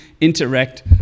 interact